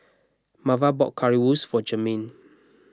Marva bought Currywurst for Jermain